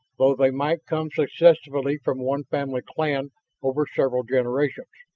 though they might come successively from one family clan over several generations.